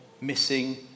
missing